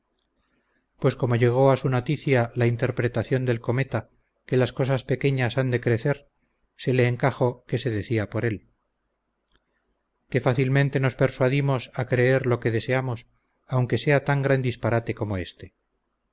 pues como llegó a su noticia la interpretación del cometa que las cosas pequeñas han de crecer se le encajó que se decía por él que fácilmente nos persuadimos a creer lo que deseamos aunque sea tan gran disparate como este